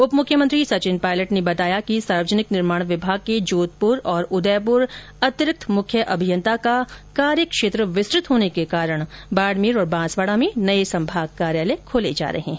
उप मुख्यमंत्री सचिन पायलट ने बताया कि सार्वजनिक निर्माण विभाग के जोधपुर और उदयपुर अतिरिक्त मुख्य अभियंता का कार्यक्षेत्र विस्तृत होने के कारण बाड़मेर और बांसवाड़ा में नये संभाग कार्यालय खोले जा रहे हैं